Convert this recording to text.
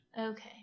Okay